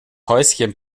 häuschen